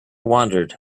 wandered